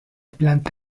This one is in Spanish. planta